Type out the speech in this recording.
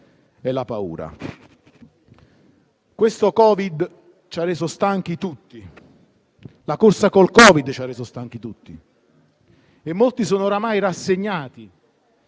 la paura. Il Covid ci ha resi stanchi tutti; la corsa col Covid ci ha reso stanchi tutti. Molti sono oramai rassegnati